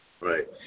Right